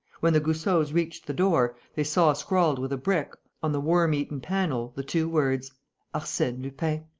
when the goussots reached the door, they saw scrawled with a brick, on the worm-eaten panel, the two words arsene lupin.